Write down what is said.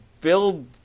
build